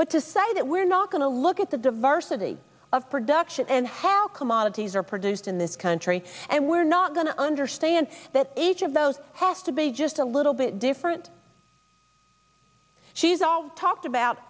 decided that we're not going to look at the diversity of production and how commodities are produced in this country and we're not going to understand that each of those has to be just a little bit different she's all talked about